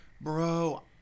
Bro